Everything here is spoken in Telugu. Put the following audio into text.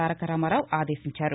తారక రామారావు ఆదేశించారు